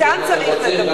אתם צריך לדבר.